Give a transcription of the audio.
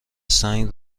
سنگ